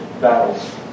battles